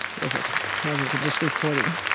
with it rather than just reporting.